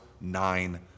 nine